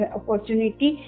opportunity